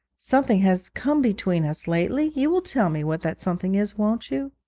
something has come between us lately you will tell me what that something is, won't you